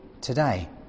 today